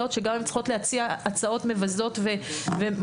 שגם אם הן צריכות להציע הצעות מבזות ומבישות.